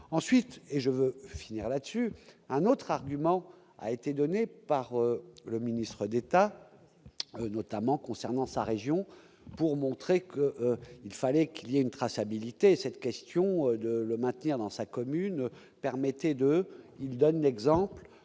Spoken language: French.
ensuite et je veux finir là- dessus, un autre argument a été donné par le ministre d'État. Notamment concernant sa région pour montrer que, il fallait qu'il y a une traçabilité et cette question de le maintenir dans sa commune, permettez, 2, il donne l'exemple